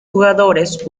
jugadores